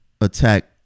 attack